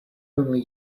only